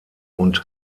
und